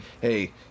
hey